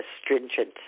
astringent